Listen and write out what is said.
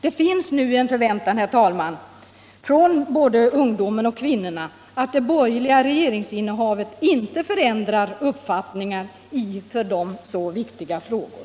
Det finns nu en förväntan, herr talman, från både ungdomen och kvinnorna att det borgerliga regeringsinnehavet inte förändrar dessa ungdomsförbunds uppfattningar i för ungdomen och kvinnorna så viktiga frågor.